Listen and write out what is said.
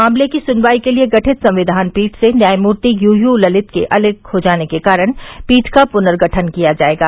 मामले की सुनवाई के लिए गठित संविधान पीठ से न्यायमूर्ति यूयू ललित के अलग होने के कारण पीठ का पुनर्गठन किया जाएगा